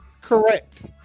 correct